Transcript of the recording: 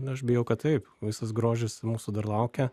na aš bijau kad taip visas grožis mūsų dar laukia